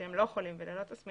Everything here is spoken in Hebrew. שהם לא חולים וללא תסמינים,